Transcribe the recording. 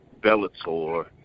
Bellator